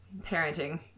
parenting